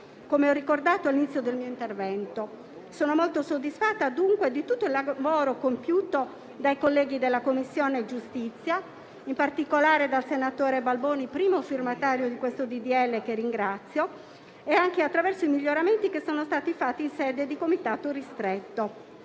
come ho ricordato all'inizio del mio intervento. Sono molto soddisfatta dunque di tutto il lavoro compiuto dai colleghi della Commissione giustizia, in particolare dal senatore Balboni, primo firmatario di questo disegno di legge, che ringrazio, anche attraverso i miglioramenti che sono stati fatti in sede di comitato ristretto.